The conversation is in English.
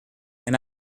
and